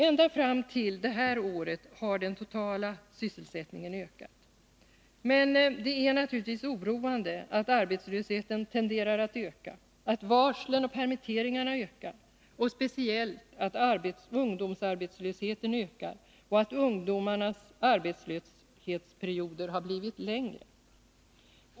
Ända fram till det här året har den totala sysselsättningen ökat. Men det är naturligtvis oroande att arbetslösheten tenderar att tillta, att antalet varsel och permitteringar växer och speciellt att ungdomsarbetslösheten ökar och att ungdomarnas arbetlöshetsperioder har blivit längre.